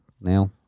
now